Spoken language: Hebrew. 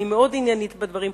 אני מאוד עניינית בדברים.